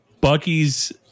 Bucky's